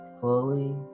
fully